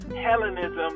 Hellenism